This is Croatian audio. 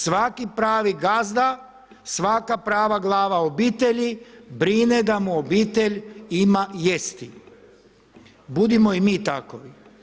Svaki pravi gazda, svaka prava glava o obitelji, brine da mu obitelj ima jesti, budimo i mi tako.